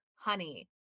honey